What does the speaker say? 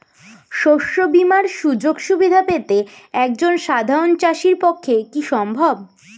শস্য বীমার সুযোগ সুবিধা পেতে একজন সাধারন চাষির পক্ষে কি সম্ভব?